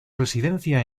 residencia